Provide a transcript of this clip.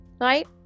Right